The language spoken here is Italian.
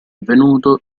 avvenuto